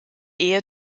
ehe